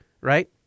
right